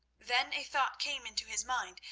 then a thought came into his mind,